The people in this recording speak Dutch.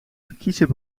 verkiezen